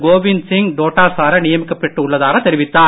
கோவிந்த் சிங் டோட்டாசாரா நியமிக்கப்பட்டு உள்ளதாக தெரிவித்தார்